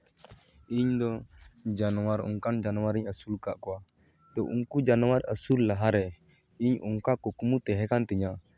ᱤᱧᱫᱚ ᱡᱟᱱᱣᱟᱨ ᱚᱱᱠᱟᱱ ᱡᱟᱱᱣᱟᱨ ᱤᱧ ᱟᱹᱥᱩᱞ ᱟᱠᱟᱫ ᱠᱚᱣᱟ ᱟᱫᱚ ᱩᱱᱠᱩ ᱡᱟᱱᱣᱟᱨ ᱟᱹᱥᱩᱞ ᱞᱟᱦᱟᱨᱮ ᱤᱧ ᱚᱱᱠᱟ ᱠᱩᱠᱢᱩ ᱛᱟᱦᱮᱸ ᱠᱟᱱ ᱛᱤᱧᱟᱹ